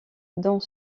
dans